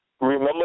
Remember